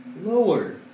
Lower